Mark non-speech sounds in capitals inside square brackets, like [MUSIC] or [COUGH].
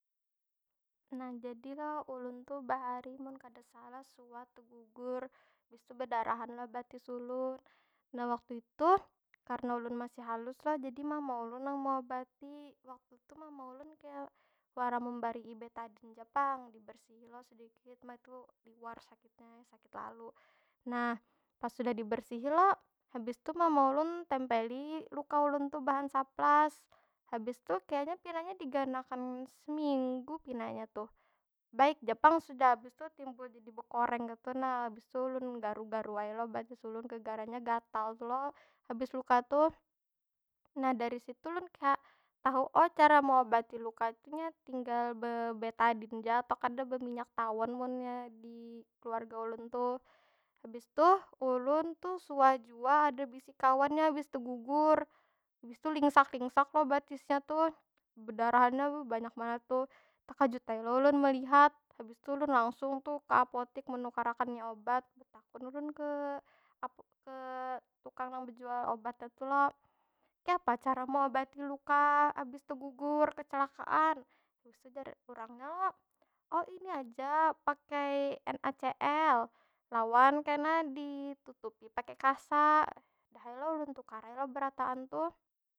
Nah jadi lo, ulun tu bahari mun kada salah suah tegugur abis tu bedarahan lo batis ulun. Nah waktu itu karena ulun masih halus lo jadi mama ulun nang meobati. Waktu tu, mama ulun kaya wara membarii betadin ja pang, dibersihi lo sedikit. Uma tu liwar sakitnya ai, sakit lalu. Nah, pas sudah dibersihi lo, habis tu mama ulun tempeli luka ulun tu behansaplas. Habis tu kayanya pinanya diganakan seminggu, pinanya tuh. Baik ja pang sudah, habis tu timbul jadi bekoreng kaytu nah. Habis tu ulun garu- garu ai lo batis ulun, gegaranya gatal tu lo habis luka tuh. Nah dari situ ulun kaya tahu, [HESITATION] cara meobati luka tuh nya tinggal bebetadin ja atau kada beminyak tawon munnya di keluarga ulun tuh. Habis tuh, ulun tuh suah jua ada bisi kawan nya habis tegugur. Habis tu lingsak- lingsak lo batisnya tuh. Bedarahannya beh banyak banar tuh. Tekajut ai lo ulun melihat. Habis tu ulun langsung tu ke apotek menukarakan nya obat, betakun ulun ke [UNINTELLIGIBLE] ke tukang nang bejual obatnya tu lo. Kayapa cara meobati luka abis tegugur kecelakaan? Habis tu jar urangnya lo, [HESITATION] ini aja pakai nacl. Lawan kena ditutupi pakai kasa. Dah ai lo, ulun tukar ai lo berataan tu.